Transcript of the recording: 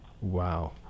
wow